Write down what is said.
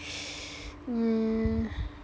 mm